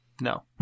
no